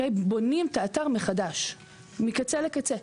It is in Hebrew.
בונים את האתר מחדש מקצה לקצה.